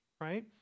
right